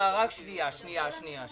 רק שנייה, שנייה.